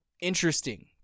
interesting